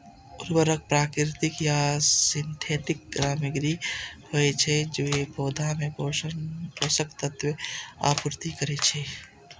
उर्वरक प्राकृतिक या सिंथेटिक सामग्री होइ छै, जे पौधा मे पोषक तत्वक आपूर्ति करै छै